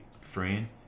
friend